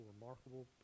remarkable